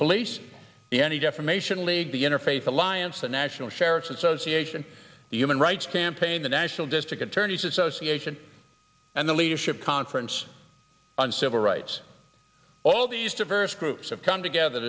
police the ne defamation league the interfaith alliance the national sheriff's association the human rights campaign the national district attorneys association and the leadership conference on civil rights all these diverse groups have come together